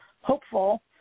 hopeful